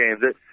games